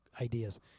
ideas